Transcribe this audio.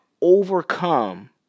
overcome